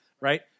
right